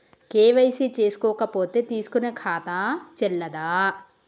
KYC చేసుకోకపోతే తీసుకునే ఖాతా చెల్లదా?